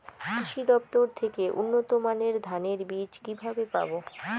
কৃষি দফতর থেকে উন্নত মানের ধানের বীজ কিভাবে পাব?